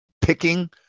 picking